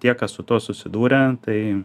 tie kas su tuo susidūrę tai